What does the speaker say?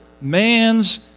man's